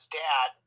dad